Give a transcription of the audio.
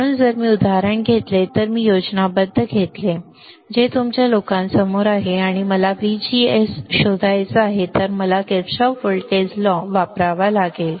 म्हणून जर मी हे उदाहरण घेतले तर मी हे योजनाबद्ध घेतले जे तुमच्या लोकांसमोर आहे आणि मला हा VGD शोधायचा आहे तर मला किर्चॉफ व्होल्टेज कायदा वापरावा लागला